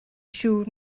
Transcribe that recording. siŵr